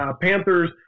Panthers